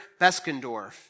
Beskendorf